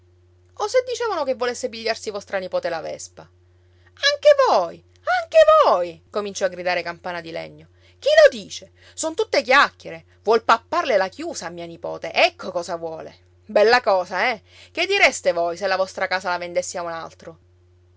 se dicevano che volesse pigliarsi vostra nipote la vespa anche voi anche voi cominciò a gridare campana di legno chi lo dice son tutte chiacchiere vuol papparle la chiusa a mia nipote ecco cosa vuole bella cosa eh che direste voi se la vostra casa la vendessi a un altro